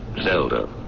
Zelda